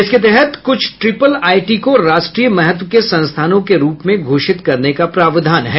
इसके तहत कुछ ट्रिपल आईटी को राष्ट्रीय महत्व के संस्थानों के रूप में घोषित करने का प्रावधान है